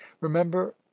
remember